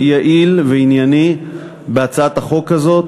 יעיל וענייני בהצעת החוק הזאת,